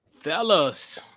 Fellas